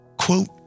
quote